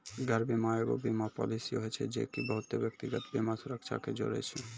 घर बीमा एगो बीमा पालिसी होय छै जे की बहुते व्यक्तिगत बीमा सुरक्षा के जोड़े छै